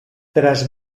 tras